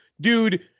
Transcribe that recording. Dude